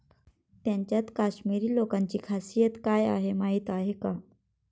त्यांच्यात काश्मिरी लोकांची खासियत काय आहे माहीत आहे का?